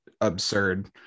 absurd